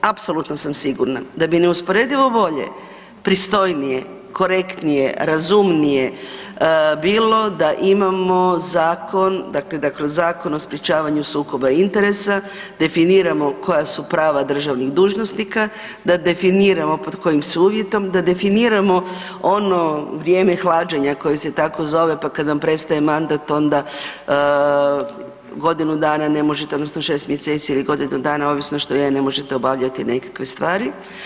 Apsolutno sam sigurna da bi neusporedivo bolje, pristojnije, korektnije, razumnije bilo da imamo zakon, dakle da kroz Zakon o sprječavanju sukoba interesa, definiramo koja su prava državnih dužnosnika, da definiramo pod kojim su uvjetom, da definiramo ono vrijeme hlađenja koje se tako zove pa kad nam prestaje mandat onda godinu dana ne možete odnosno 6 mj. ili godinu dana, ovisno što je, ne možete obavljati nekakve stvari.